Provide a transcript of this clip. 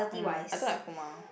mm I don't like Puma